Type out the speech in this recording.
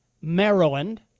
Maryland